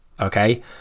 okay